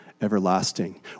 everlasting